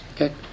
Okay